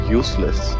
useless